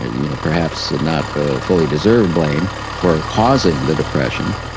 and you know perhaps and not fully deserved blame, for causing the depression,